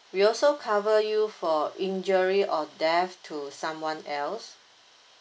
we also cover you for injury or death to someone else